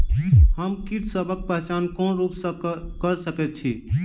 हम कीटसबक पहचान कोन रूप सँ क सके छी?